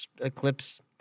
eclipse